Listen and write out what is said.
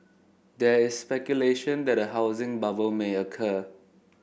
there is speculation that a housing bubble may occur